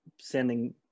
sending